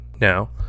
Now